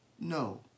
No